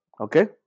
okay